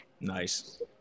Nice